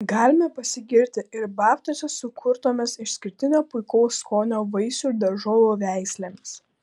galime pasigirti ir babtuose sukurtomis išskirtinio puikaus skonio vaisių ir daržovių veislėmis